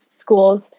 schools